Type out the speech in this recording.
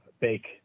bake